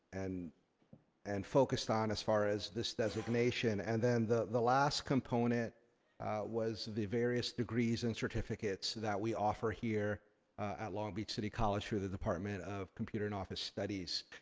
and and focused on as far as this designation. and then the the last component was the various degrees and certificates that we offer here at long beach city college through the department of computer and office studies.